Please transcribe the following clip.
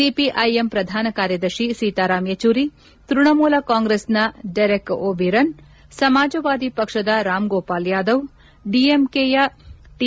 CPIM ಪ್ರಧಾನ ಕಾರ್ಯದರ್ಶಿ ಸೀತಾರಾಮ್ ಯಚೂರಿ ತ್ವಣಮೂಲ ಕಾಂಗ್ರೆಸ್ನ ಡೆರೆಕ್ ಓಬೀರನ್ ಸಮಾಜವಾದಿ ಪಕ್ಷದ ರಾಮ್ಗೋಪಾಲ್ ಯಾದವ್ ಡಿಎಂಕೆಯ ಟಿ